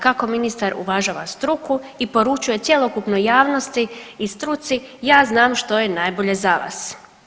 Kako ministar uvažava struku i poručuje cjelokupnoj javnosti i struci ja znam što je najbolje za vas.